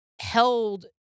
held